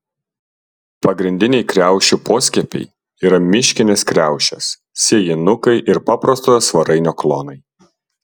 pagrindiniai kriaušių poskiepiai yra miškinės kriaušės sėjinukai ir paprastojo svarainio klonai